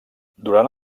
durant